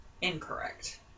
Incorrect